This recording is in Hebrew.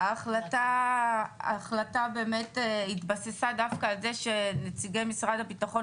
ההחלטה התבססה דווקא על זה שנציגי משרד הביטחון